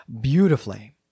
beautifully